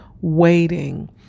waiting